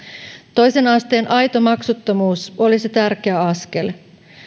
toisen asteen aito maksuttomuus olisi tärkeä askel